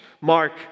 Mark